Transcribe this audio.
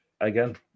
again